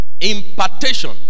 Impartation